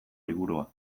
liburua